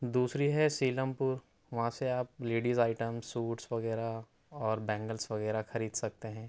دوسری ہے سیلم پور وہاں سے آپ لیڈیز آئٹمز سوٹس وغیرہ اور بینگلس وغیرہ خرید سکتے ہیں